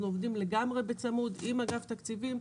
אנחנו עובדים לגמרי בצמוד עם אגף התקציבים.